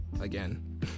again